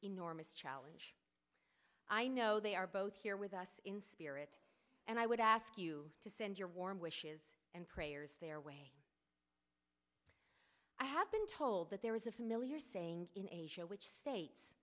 enormous challenge i know they are both here with us in spirit and i would ask you to send your warm wishes and pray years their way i have been told that there is a familiar saying in asia which states